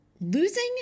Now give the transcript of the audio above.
Losing